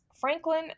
Franklin